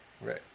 Right